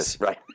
right